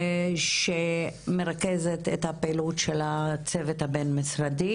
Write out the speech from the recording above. שמרכזת את הפעילות של הצוות הבין-משרדי.